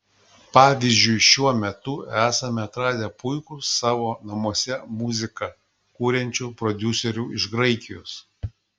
pavyzdžiui šiuo metu esame atradę puikių savo namuose muziką kuriančių prodiuserių iš graikijos